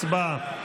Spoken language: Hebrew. הצבעה.